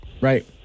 Right